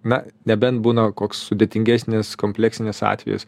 na nebent būna koks sudėtingesnis kompleksinis atvejis